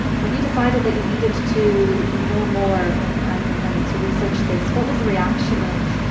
when you decided that you needed to know more and and to research this, what was the reaction of,